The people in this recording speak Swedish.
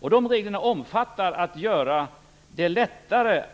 Dessa regler gör att det blir lättare